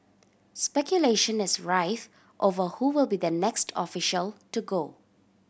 speculation is rife over who will be the next official to go